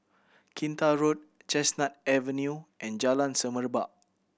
Kinta Road Chestnut Avenue and Jalan Semerbak